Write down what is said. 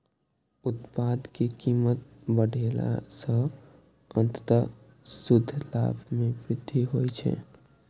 उत्पाद के कीमत बढ़ेला सं अंततः शुद्ध लाभ मे वृद्धि होइ छै